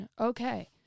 Okay